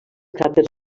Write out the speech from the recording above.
cràters